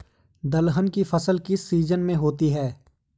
दलहन की फसल किस सीजन में होती है?